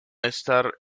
estar